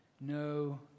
No